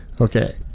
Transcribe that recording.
Okay